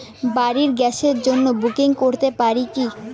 বাড়ির গ্যাসের জন্য বুকিং করতে পারি কি?